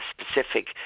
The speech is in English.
specific